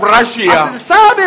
Russia